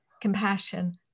compassion